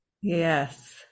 Yes